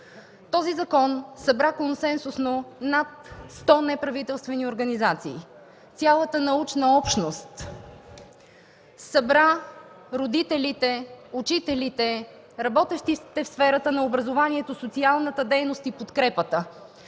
Този закон събра консенсусно над 100 неправителствени организации, цялата научна общност, събра родителите, учителите, работещите в сферата на образованието, социалната дейност и подкрепата.